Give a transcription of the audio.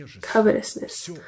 covetousness